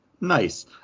nice